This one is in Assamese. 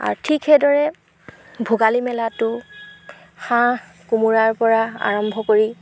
আৰু ঠিক সেইদৰে ভোগালী মেলাটো হাঁহ কোমোৰাৰপৰা আৰম্ভ কৰি